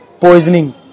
poisoning